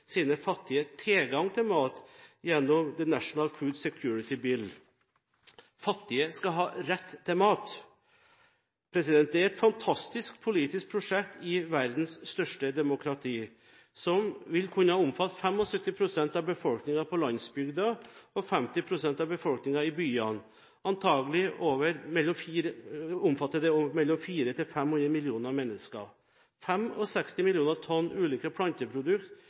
sine fattige tilgang på mat gjennom The National Food Security Bill. Fattige skal ha rett til mat. Det er et fantastisk politisk prosjekt i verdens største demokrati som vil kunne omfatte 75 pst. av befolkningen på landsbygda og 50 pst. av befolkningen i byene. Antakelig vil det omfatte mellom 400 og 500 millioner mennesker. 65 millioner tonn ulike